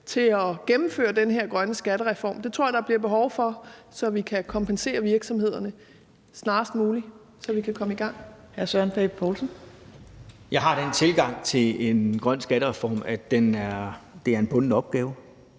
til at gennemføre den her grønne skattereform? Det tror jeg der bliver behov for, så vi kan kompensere virksomhederne – og snarest muligt, så vi kan komme i gang. Kl. 15:43 Tredje næstformand (Trine Torp):